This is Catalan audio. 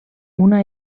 una